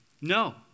no